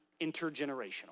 intergenerational